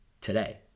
Today